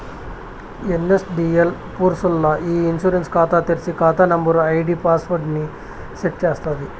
NSDL పూర్స్ ల్ల e insurance కాతా తెర్సి, కాతా నంబరు, ఐడీ పాస్వర్డ్ ని సెట్ చేస్తాది